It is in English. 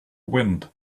wind